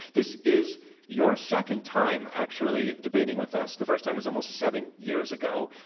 this is your second time actually debating with us. the first time was almost seven years ago